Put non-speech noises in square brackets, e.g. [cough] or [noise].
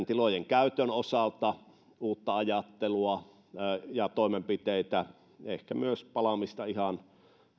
[unintelligible] tilojen käytön osalta uutta ajattelua ja toimenpiteitä ehkä myös palaamista ihan